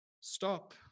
stop